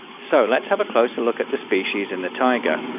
so lets have a closer look at the species in the taiga.